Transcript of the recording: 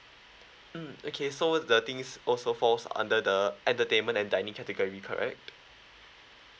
mm okay so the thing is also falls under the entertainment and dining category correct